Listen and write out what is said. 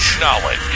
knowledge